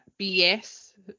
BS